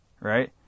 right